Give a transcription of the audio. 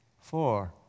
four